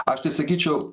aš tai sakyčiau